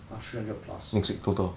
!huh! three hundred plus